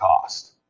cost